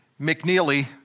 McNeely